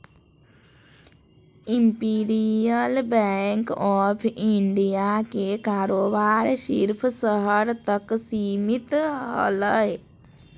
imperial Bank of India के कारोबार सिर्फ़ शहर तक सीमित हलय